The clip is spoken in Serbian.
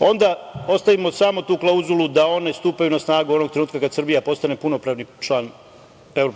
onda ostavimo samo tu klauzulu da one stupaju na snagu onog trenutka kada Srbija postane punopravni član EU.